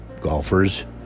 golfers